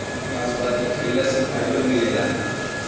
नसपति खाइला से फाइबर मिलेला